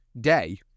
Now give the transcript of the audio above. day